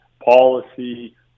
policy